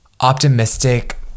optimistic